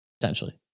potentially